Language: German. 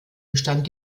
bestand